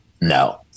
no